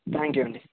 thank you అండి